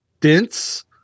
dense